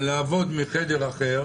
לעבוד מחדר אחר,